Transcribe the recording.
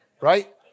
right